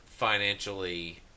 Financially